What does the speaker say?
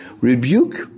Rebuke